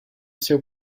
seu